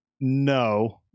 No